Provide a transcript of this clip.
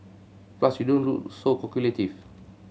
plus you don't look so calculative